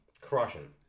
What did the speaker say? Crushing